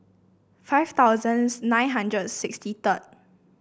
five thousand nine hundred sixty third